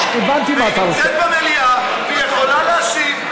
היא נמצאת במליאה והיא יכולה להשיב,